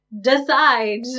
Decide